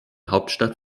hauptstadt